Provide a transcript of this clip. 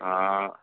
हाँ